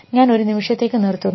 ഞാൻ ഒരു നിമിഷത്തേക്ക് നിർത്തുന്നു